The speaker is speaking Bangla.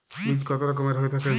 বীজ কত রকমের হয়ে থাকে?